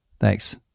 Thanks